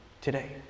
today